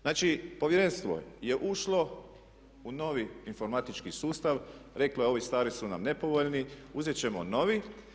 Znači, povjerenstvo je ušlo u novi informatički sustav, reklo je ovi stari su nam nepovoljni, uzet ćemo novi.